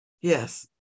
Yes